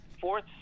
fourth